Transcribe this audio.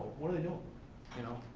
what are they doing? you know.